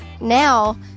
now